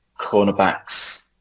cornerbacks